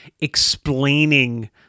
explaining